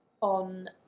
on